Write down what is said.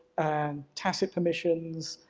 and tacit permissions,